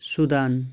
Sudan